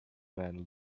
man